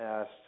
asked